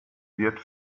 wird